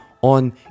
on